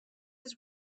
his